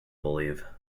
believe